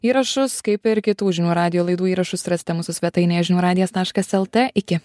įrašus kaip ir kitų žinių radijo laidų įrašus rasite mūsų svetainėje žinių radijas taškas lt iki